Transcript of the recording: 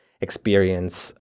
experience